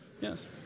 yes